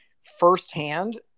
firsthand